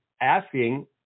asking